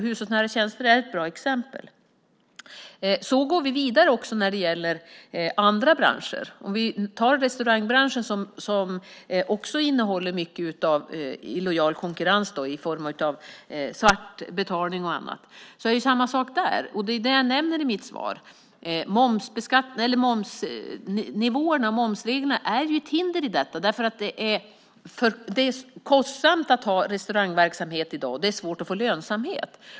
Hushållsnära tjänster är ett bra exempel. Så går vi vidare också när det gäller andra branscher. Inom restaurangbranschen, som också innehåller mycket av illojal konkurrens i form av svart betalning, är det samma sak. Det är det jag nämner i mitt svar. Momsnivåerna och momsreglerna är ett hinder i detta. Det är kostsamt att ha restaurangverksamhet i dag. Det är svårt att få lönsamhet.